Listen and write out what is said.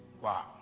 Wow